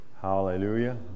Hallelujah